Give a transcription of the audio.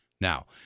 now